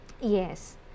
Yes